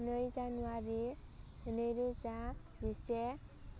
नै जानुवारि नैरोजा जिसे